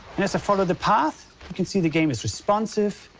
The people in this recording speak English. and as i follow the path, you can see the game is responsive,